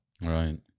Right